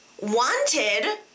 wanted